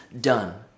done